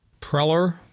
Preller